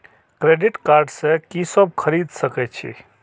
Credit card से की सब खरीद सकें छी?